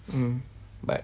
mm but